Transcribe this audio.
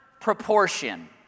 proportion